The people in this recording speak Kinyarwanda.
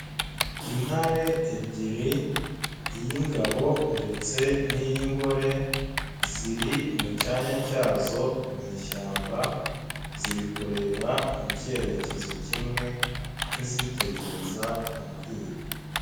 Intare ebyiri, iy'ingabo ndetse n'iy'ingore, ziri mu cyanya cyazo mu ishyamba, ziri kureba mu cyerekezo kimwe nk'izitegereza umuhigo.